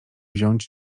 wziąć